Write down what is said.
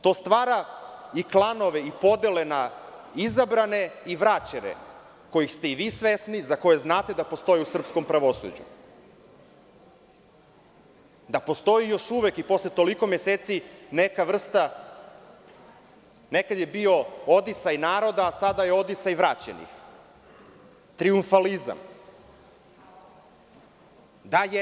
To stvara i klanove i podele na izabrane i vraćene kojih ste i vi svesni, za koje znate da postoje u srpskom pravosuđu, da postoji još uvek i posle toliko meseci neka vrsta, nekada je bio odisaj naroda, a sada je odisaj vraćenih, trijumfalizam.